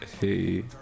Hey